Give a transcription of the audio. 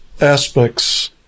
aspects